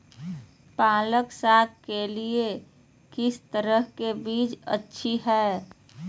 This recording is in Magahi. पालक साग के लिए किस तरह के बीज अच्छी है?